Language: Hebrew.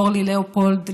אורלי לאופולד,